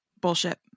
Bullshit